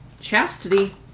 chastity